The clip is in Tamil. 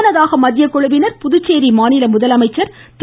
முன்னதாக மத்திய குழுவினர் புதுச்சேரி மாநில முதலமைச்சர் திரு